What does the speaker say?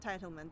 entitlement